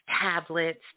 tablets